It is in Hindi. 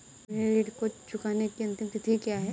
मेरे ऋण को चुकाने की अंतिम तिथि क्या है?